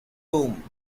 room